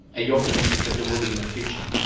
you optimistic that there will be in the future?